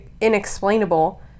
inexplainable